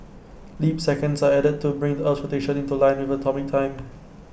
leap seconds are added to bring the Earth's rotation into line with atomic time